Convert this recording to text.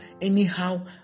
anyhow